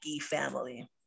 family